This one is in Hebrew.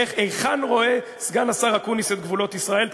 היכן רואה סגן השר אקוניס את גבולות ישראל?